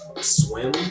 swim